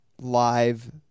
live